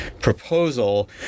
proposal